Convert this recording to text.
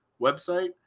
website